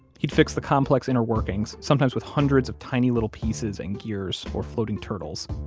he'd fix the complex innerworkings, sometimes with hundreds of tiny little pieces and gears or floating turtles.